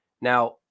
Now